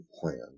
plan